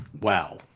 Wow